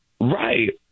Right